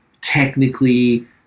technically